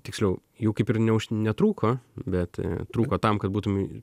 tiksliau jų kaip ir neuž netrūko bet trūko tam kad būtum